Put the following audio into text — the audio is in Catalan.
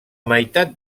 meitat